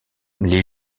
les